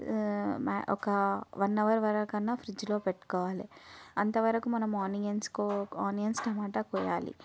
ఒక one hour వరకైనా ఫ్రిజ్జులో పెట్టుకోవాలి అంతవరకు మనము ఆనియన్స్ టమోటా కోయాలి